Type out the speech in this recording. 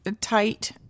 Tight